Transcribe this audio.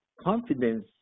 confidence